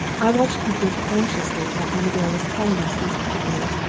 i watched midwinter anxiously, while armadale was telling us these particulars,